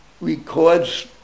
records